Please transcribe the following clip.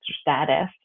status